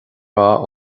rath